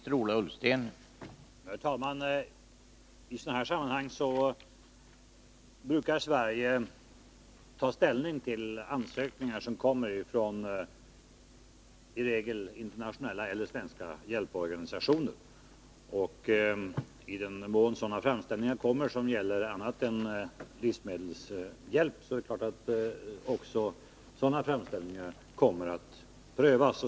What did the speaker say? Herr talman! I sådana här sammanhang brukar Sverige ta ställning till ansökningar från i regel internationella eller svenska hjälporganisationer. I den mån det görs sådana framställningar som gäller annat än livsmedelshjälp, är det klart att även de kommer att prövas.